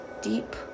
deep